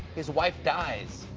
his wife dies,